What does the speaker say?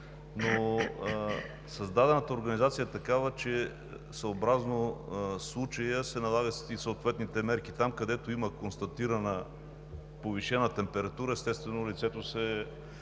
но създадената организация е такава, че съобразно случая се налагат и съответните мерки. Там, където има констатирана повишена температура, естествено, лицето се